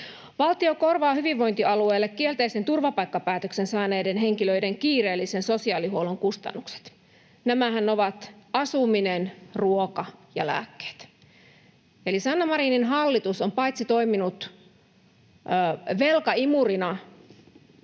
Valtio korvaa hyvinvointialueelle kielteisen turvapaikkapäätöksen saaneiden henkilöiden kiireellisen sosiaalihuollon kustannukset. Nämähän ovat asuminen, ruoka ja lääkkeet. Eli Sanna Marinin hallitus on paitsi toiminut velkaimurina